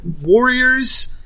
warriors